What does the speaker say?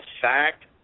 fact